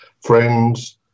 friends